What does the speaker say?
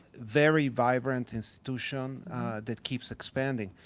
very vibrant institution that keeps expanding?